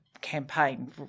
campaign